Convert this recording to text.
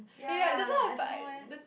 ya I don't know eh